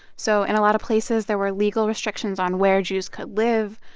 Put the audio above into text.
so in a lot of places, there were legal restrictions on where jews could live,